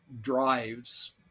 drives